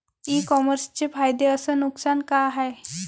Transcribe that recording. इ कामर्सचे फायदे अस नुकसान का हाये